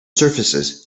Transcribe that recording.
surfaces